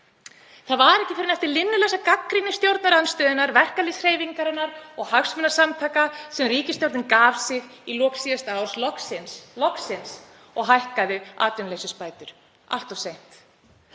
Það var ekki fyrr en eftir linnulausa gagnrýni stjórnarandstöðunnar, verkalýðshreyfingarinnar og hagsmunasamtaka sem ríkisstjórnin gaf sig í lok síðasta árs, loksins, og hækkaði atvinnuleysisbætur allt of seint.